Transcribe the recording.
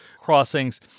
crossings